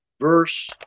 verse